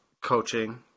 coaching